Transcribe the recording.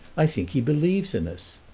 i think he believes in us,